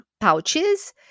pouches